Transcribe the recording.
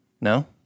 No